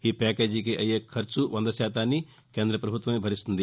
ఈ ప్యాకేజీకి అయ్యే ఖర్చు వందశాతాన్ని కేంద్రమే భరిస్తుంది